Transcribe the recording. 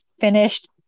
finished